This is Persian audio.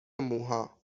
موها